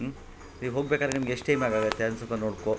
ನೀವು ಹೋಗಬೇಕಾರೆ ನಿಮ್ಗೆ ಎಷ್ಟು ಟೈಮ್ ಬೇಕಾಗುತ್ತೆ ಅದನ್ನ ಸ್ವಲ್ಪ ನೋಡಿಕೊ